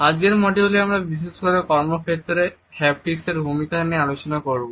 আজকের মডিউলে আমরা বিশেষ করে কর্মক্ষেত্রে হ্যাপটিক্সের ভূমিকা নিয়ে আলোচনা করব